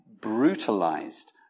brutalized